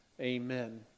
amen